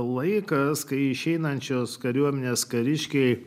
laikas kai išeinančios kariuomenės kariškiai